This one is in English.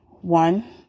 one